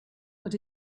but